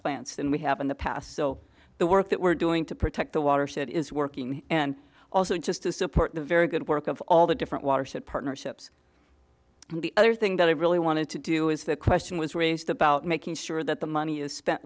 plants than we have in the past so the work that we're doing to protect the watershed is working and also just to support the very good work of all the different watershed partnerships and the other thing that i really wanted to do is the question was raised about making sure that the money is spent